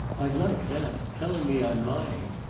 i like that. telling me i'm lying.